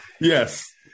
yes